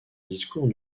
discours